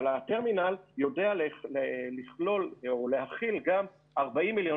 אבל הטרמינל יודע להכיל גם 40 מיליון